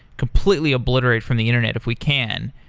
completely obliterate from the internet, if we can,